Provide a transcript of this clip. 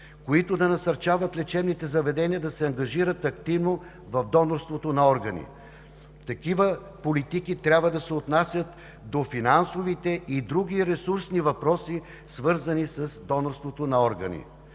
които да насърчават лечебните заведения да се ангажират активно в донорството на органи. Такива политики трябва да се отнасят до финансовите и други ресурсни въпроси, свързани с донорството на органи